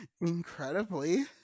incredibly